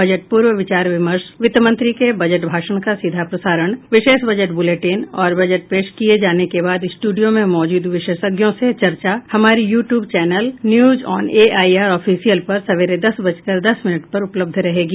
budget पूर्व विचार विमर्श वित्त मंत्री के बजट भाषण का सीधा प्रसारण विशेष बजट बुलेटिन और बजट पेश किए जाने के बाद स्टूडियो में मौजूद विशेषज्ञों से चर्चा हमारे YouTube channel news on AIR official पर सवेरे दस बजकर दस मिनट पर उपलब्ध रहेगी